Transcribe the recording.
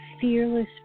fearless